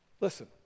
Listen